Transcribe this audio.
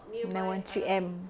nine one three M